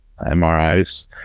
MRIs